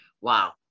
Wow